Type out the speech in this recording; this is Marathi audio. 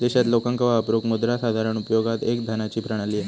देशात लोकांका वापरूक मुद्रा साधारण उपयोगात एक धनाची प्रणाली हा